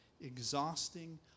exhausting